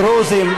דרוזים,